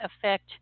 affect